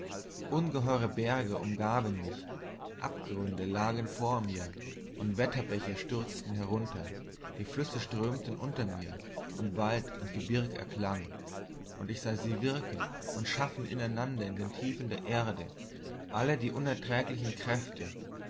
ungeheure berge umgaben mich abgründe lagen vor mir und wetterbäche stürzten herunter die flüsse strömten unter mir und wald und gebirg erklang und ich sah sie wirken und schaffen ineinander in den tiefen der erde alle die unergründlichen kräfte